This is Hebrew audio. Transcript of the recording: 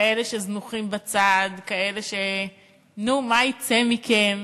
כאלה שזנוחים בצד, כאלה ש-נו, מה יצא מכם,